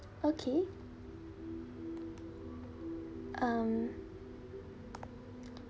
okay um